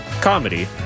comedy